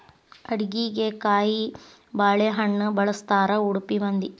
ಅಡಿಗಿಗೆ ಕಾಯಿಬಾಳೇಹಣ್ಣ ಬಳ್ಸತಾರಾ ಉಡುಪಿ ಮಂದಿ